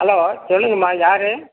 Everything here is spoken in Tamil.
ஹலோ சொல்லுங்கள்ம்மா யார்